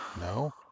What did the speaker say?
No